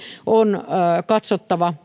on katsottava